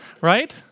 right